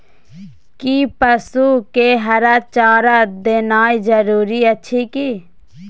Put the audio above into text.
कि पसु के हरा चारा देनाय जरूरी अछि की?